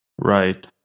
Right